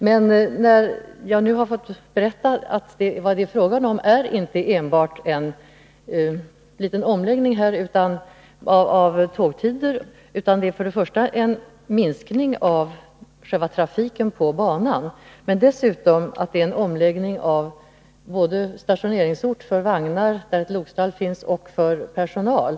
Jag har nu fått berätta att vad det är fråga om inte är enbart en liten omläggning av tågtider utan för det första en minskning av själva trafiken på banan och för det andra en ändring av stationeringsort både för vagnar — de flyttas från en ort där det finns lokstall till en där det inte finns — och för personal.